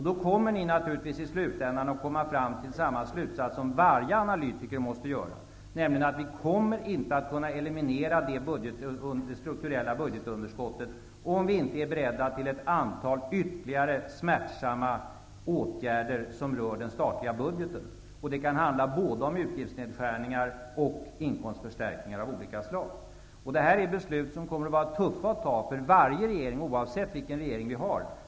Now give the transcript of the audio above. Då kommer ni i slutänden naturligtvis att komma fram till samma slutsats som varje analytiker måste komma fram till, nämligen att vi inte kommer att kunna eliminera det strukturella budgetunderskottet om vi inte är beredda till ett antal ytterligare smärtsamma åtgärder som rör den statliga budgeten. Det kan handla både om utgiftsnedskärningar och om inkomstförstärkningar av olika slag. Detta är beslut som kommer att vara tuffa att fatta för varje regering, oavsett vilken regering som vi har.